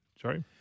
Sorry